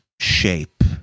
shape